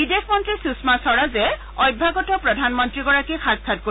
বিদেশ মন্ত্ৰী সুষমা স্বৰাজে অভ্যাগত প্ৰধানমন্ত্ৰীগৰাকীক সাক্ষাৎ কৰিব